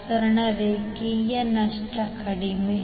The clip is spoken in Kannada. ಪ್ರಸರಣ ರೇಖೆಯು ನಷ್ಟ ಕಡಿಮೆ